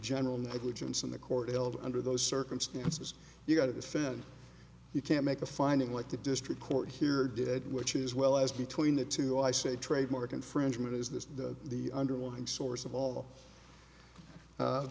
general negligence in the court held under those circumstances you know to defend you can't make a finding like the district court here did which is well as between the two i say trademark infringement is this the underlying source of all